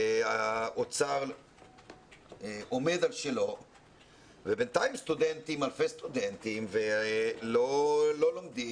האוצר עומד על שלו ובינתיים אלפי סטודנטים לא לומדים.